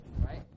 right